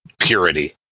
purity